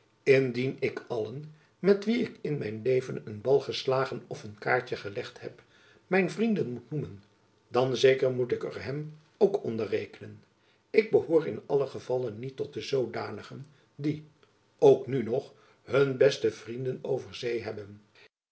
indien ik allen met wie ik in mijn leven den bal geslagen of een kaartjen gelegd heb mijn vrienden moet noemen dan zeker moet ik er hem ook onder rekenen ik behoor in allen gevalle niet tot de zoodanigen die ook nu nog hun beste vrienden over zee hebben